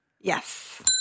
Yes